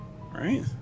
Right